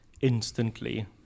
instantly